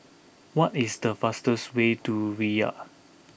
what is the fastest way to Riyadh